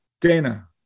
Dana